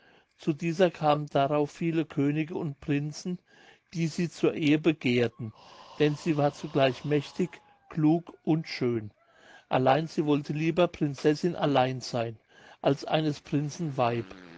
zu dieser kamen darauf viele könige und prinzen die sie zur ehe begehrten denn sie war zugleich mächtig klug und schön allein sie wollte lieber prinzessin allein sein als eines prinzen weib